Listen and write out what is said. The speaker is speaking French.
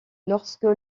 lorsque